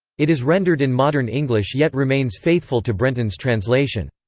it is rendered in modern english yet remains faithful to brenton's translation.